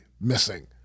missing